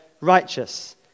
righteous